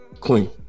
clean